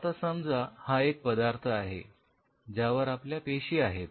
आता समजा हा एक पदार्थ आहे ज्यावर आपल्या पेशी आहेत